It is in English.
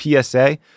PSA